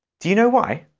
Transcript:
do you know why?